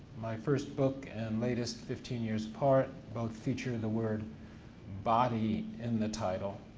my first book and latest, fifteen years apart. both feature the word body in the title.